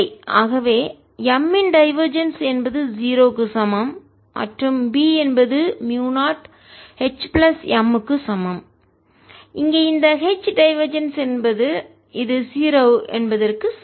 ஆகவே M இன் divergence என்பது 0 க்கு சமம்மற்றும் B என்பது மியூ0 H பிளஸ் M க்கு சமம் இங்கே இந்த H டைவர்ஜென்ஸ் இது 0 என்பதற்கு சமம்